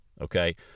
Okay